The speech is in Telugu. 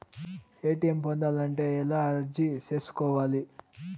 ఎ.టి.ఎం పొందాలంటే ఎలా అర్జీ సేసుకోవాలి?